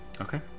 Okay